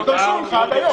לא דרשו ממך עד היום.